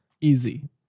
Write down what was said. Easy